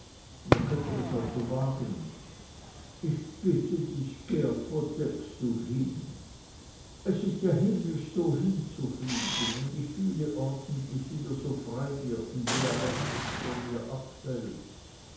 wir könnten es also wagen ich bitte dich geert wo denkst du hin es ist ja himmlisch so hinzufliegen und ich fühle ordentlich wie mir so frei wird und wie alle angst von mir abfällt